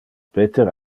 peter